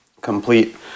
complete